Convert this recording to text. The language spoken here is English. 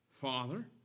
Father